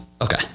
Okay